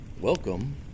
Welcome